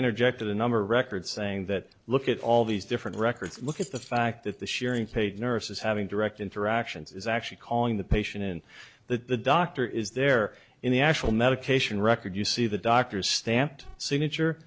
interjected a number record saying that look at all these different records look at the fact that the sharing paid nurses having direct interactions is actually calling the patient in that the doctor is there in the actual medication record you see the doctor stamped signature